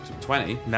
twenty